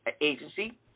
Agency